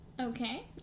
Okay